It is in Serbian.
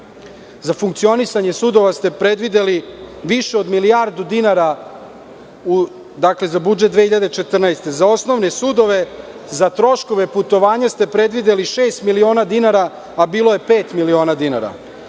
za funkcionisanje sudova ste predvideli više od milijardu dinara za budžet 2014. godine. Za osnovne sudove za troškove putovanja ste predvideli 6 miliona dinara, a bilo je pet miliona dinara.